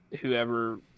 whoever